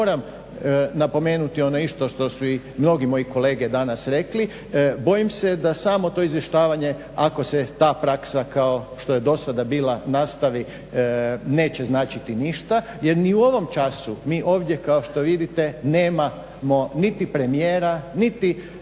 moram napomenuti ono isto što su i mnogi moji kolege danas rekli bojim se da samo to izvještavanje ako se ta praksa kao što je dosada bila nastavi neće značiti ništa jer ni u ovom času mi ovdje kao što vidite nemamo niti premijera, niti